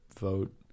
vote